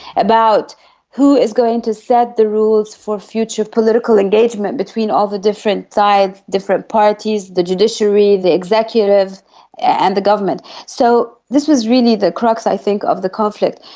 about who is going to set the rules for future political engagement between all the different sides, different parties, the judiciary, the executive and the government. so this was really the crux i think of the conflict.